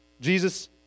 Jesus